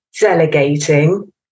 delegating